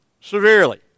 severely